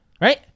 Right